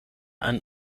ein